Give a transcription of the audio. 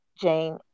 Jane